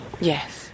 Yes